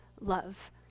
love